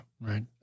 Right